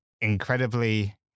incredibly